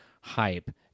hype